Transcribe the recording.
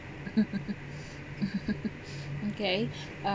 okay